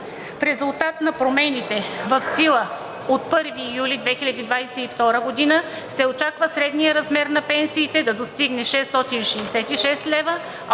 В резултат на промените в сила от 1 юли 2022 г. се очаква средният размер на пенсиите да достигне 666 лв.,